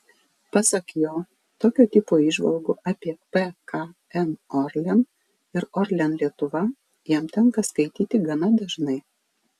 pasak jo tokio tipo įžvalgų apie pkn orlen ir orlen lietuva jam tenka skaityti gana dažnai